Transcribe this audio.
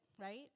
right